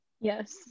Yes